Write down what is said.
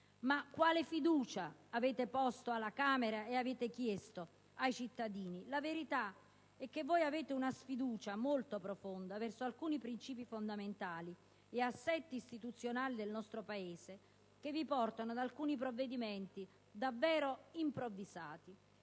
Ma quale fiducia avete posto alla Camera ed avete chiesto ai cittadini? La verità è che voi avete una sfiducia molto profonda verso alcuni principi fondamentali ed assetti istituzionali del nostro Paese, che vi porta ad alcuni provvedimenti davvero improvvisati.